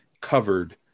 covered